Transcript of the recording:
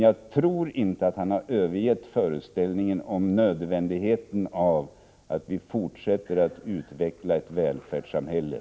Jag tror inte att Anders Dahlgren har övergett föreställningen om nödvändigheten av att vi fortsätter att utveckla ett välfärdssamhälle.